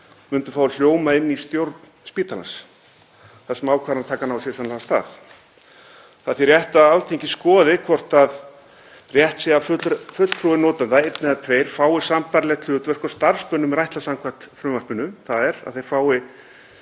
myndu fá að hljóma inni í stjórn spítalans þar sem ákvarðanatakan á sér sennilega stað. Það er því rétt að Alþingi skoði hvort rétt sé að fulltrúar notenda, einn eða tveir, fái sambærilegt hlutverk og starfsmönnum er ætlað samkvæmt frumvarpinu, þ.e. að þeir fái